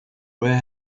where